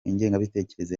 ingengabitekerezo